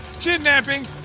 kidnapping